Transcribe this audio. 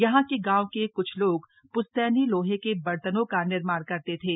यहां के गाव के क्छ लोग प्श्तैनी लोहे के बर्तनों का निर्माण करते थे